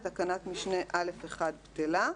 (2) תקנת משנה (א1) בטלה.